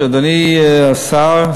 אדוני השר,